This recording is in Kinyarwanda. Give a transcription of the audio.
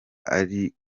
ari